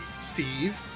Steve